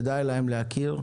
כדאי להם להכיר.